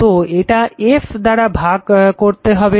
তো এটা f দ্বারা ভাগ করতে হবে